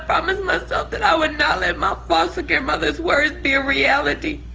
promised myself that i would not let my foster care mother's words be a reality